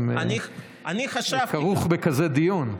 אם זה כרוך בכזה דיון.